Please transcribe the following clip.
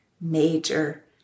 major